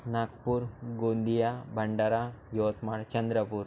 Nagpur Gondia Bhandara Yavatmal Chandrapur